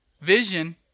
vision